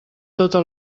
tota